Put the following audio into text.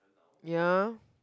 ya